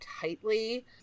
tightly